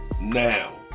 now